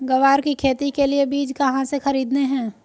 ग्वार की खेती के लिए बीज कहाँ से खरीदने हैं?